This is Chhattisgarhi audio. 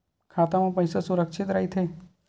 खाता मा पईसा सुरक्षित राइथे?